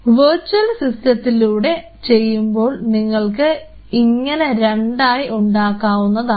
virtual സിസ്റ്റത്തിലൂടെ ചെയ്യുമ്പോൾ നിങ്ങൾക്ക് ഇങ്ങനെ രണ്ടായി ഉണ്ടാവുന്നതാണ്